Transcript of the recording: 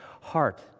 heart